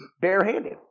barehanded